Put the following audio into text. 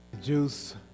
juice